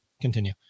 continue